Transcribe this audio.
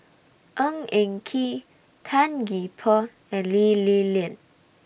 Ng Eng Kee Tan Gee Paw and Lee Li Lian